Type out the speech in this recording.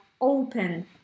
open